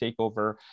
takeover